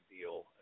deal